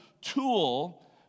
tool